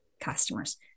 customers